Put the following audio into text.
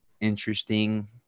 interesting